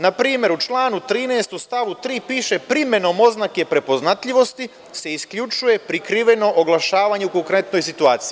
Na primer, u članu 13. u stavu 3. piše – primenom oznake prepoznatljivosti se isključuje prikriveno oglašavanje u konkretnoj situaciji.